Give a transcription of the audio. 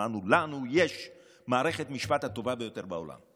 אמרנו: לנו יש מערכת המשפט הטובה ביותר בעולם.